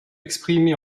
exprimé